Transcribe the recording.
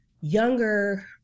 younger